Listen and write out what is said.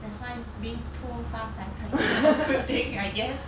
that's why being too far sighted is not a good thing I guess